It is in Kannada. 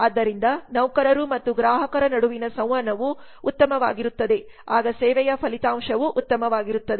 ಆದ್ದರಿಂದ ನೌಕರರು ಮತ್ತು ಗ್ರಾಹಕರ ನಡುವಿನ ಸಂವಹನವು ಉತ್ತಮವಾಗಿರುತ್ತದೆ ಆಗ ಸೇವೆಯ ಫಲಿತಾಂಶವೂ ಉತ್ತಮವಾಗಿರುತ್ತದೆ